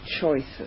choices